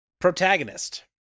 Protagonist